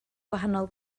gwahanol